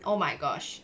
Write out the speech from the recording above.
oh my gosh